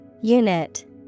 Unit